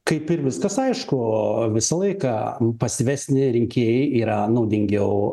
kaip ir viskas aišku visą laiką pasyvesni rinkėjai yra naudingiau